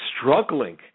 struggling